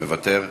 מוותר,